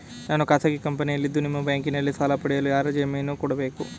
ನಾನು ಖಾಸಗಿ ಕಂಪನಿಯಲ್ಲಿದ್ದು ನಿಮ್ಮ ಬ್ಯಾಂಕಿನಲ್ಲಿ ಸಾಲ ಪಡೆಯಲು ಯಾರ ಜಾಮೀನು ಕೊಡಬೇಕು?